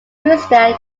rooster